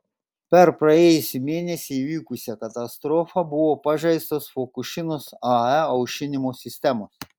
per praėjusį mėnesį įvykusią katastrofą buvo pažeistos fukušimos ae aušinimo sistemos